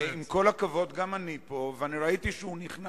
עם כל הכבוד, גם אני פה, ואני ראיתי נכנס.